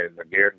again